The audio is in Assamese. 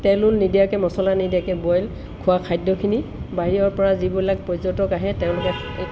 তেলো নিদিয়াকৈ মচলা নিদিয়াকৈ বইল খোৱা খাদ্যখিনি বাহিৰৰ পৰা যিবিলাক পৰ্যটক আহে তেওঁলোকে